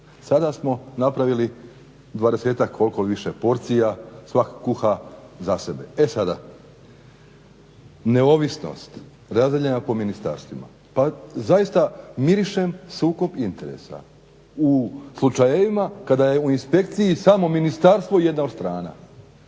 Sada smo napravili 20-ak koliko više porcija, svak kuha za sebe. E sada, neovisnost razdijeljena po ministarstvima pa zaista mirišem sukob interesa u slučajevima kada je u inspekciji samo ministarstvo jedna od stranaka.